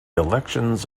elections